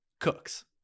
cooks